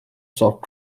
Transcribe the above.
soft